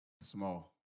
small